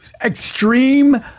extreme